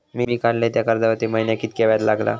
मी काडलय त्या कर्जावरती महिन्याक कीतक्या व्याज लागला?